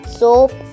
soap